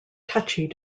touchy